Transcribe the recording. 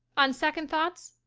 on second thoughts,